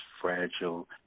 fragile